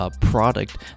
product